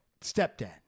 Stepdad